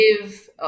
give